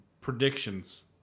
predictions